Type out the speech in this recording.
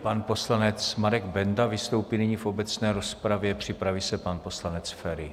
Pan poslanec Marek Benda vystoupí nyní v obecné rozpravě., připraví se pan poslanec Feri.